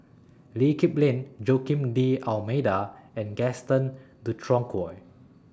Lee Kip Lin Joaquim D'almeida and Gaston Dutronquoy